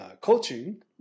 coaching